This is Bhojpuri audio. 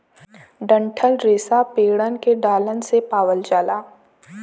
डंठल रेसा पेड़न के डालन से पावल जाला